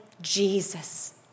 Jesus